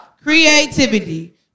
Creativity